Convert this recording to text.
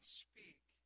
speak